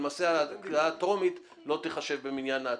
ולמעשה הקריאה הטרומית לא תיחשב במניין ההצעות.